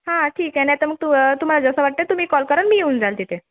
हां ठीक आहे नाही तर मग तु तुम्हाला जसं वाटतं तुम्ही कॉल करा मी येऊन जाईन तिथे